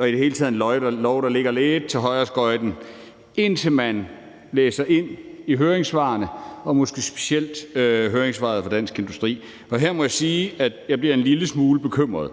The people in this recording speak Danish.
er i det hele taget et lovforslag, der ligger lidt til højreskøjten, indtil man læser høringssvarene og måske specielt høringssvaret fra DI Transport. Her må jeg sige, at jeg bliver en lille smule bekymret.